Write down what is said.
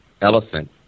elephant